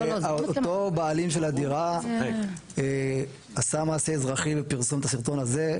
ואותו הבעלים של הדירה עשה מעשה אזרחי ופרסם את הסרטון הזה,